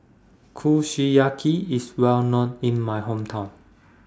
Kushiyaki IS Well known in My Hometown